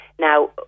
Now